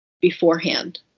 beforehand